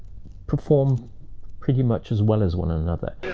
perform pretty much as well as one another.